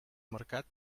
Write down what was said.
mercat